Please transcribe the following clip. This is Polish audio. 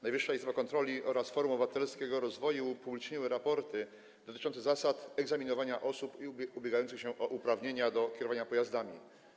Najwyższa Izba Kontroli oraz Forum Obywatelskiego Rozwoju upubliczniły raporty dotyczące zasad egzaminowania osób ubiegających się o uprawnienia do kierowania pojazdami.